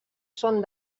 són